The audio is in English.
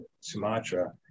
Sumatra